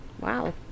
Wow